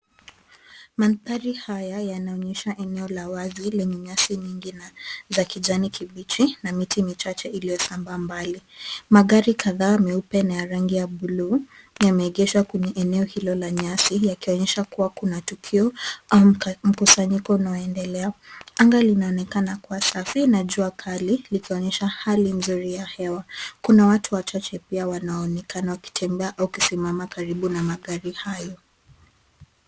Mandhari haya yanaonyesha eneo la wazi lenye nyasi nyingi na za kijani kibichi na miti michache iliyosambaa mbali. Magari kadhaa meupe na ya rangi ya bluu yameegeshwa kwenye eneo hilo la nyasi yakionyesha kuwa kuna tukio au mkusanyiko unaoendelea. Anga linaonekana kuwa safi na jua kali ikionyesha hali nzuri ya hewa. Kuna watu wachache wanaonekana wakitembea au kusimama karibu na magari hayo.